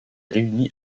réuni